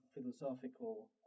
philosophical